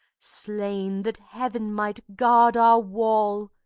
slain that heaven might guard our wall!